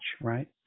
right